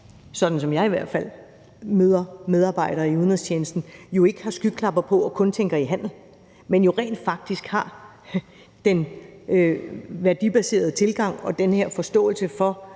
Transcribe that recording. sådan som jeg i hvert fald møder medarbejdere i udenrigstjenesten, ikke har skyklapper på og kun tænker i handel, men jo rent faktisk har den værdibaserede tilgang og også den her forståelse for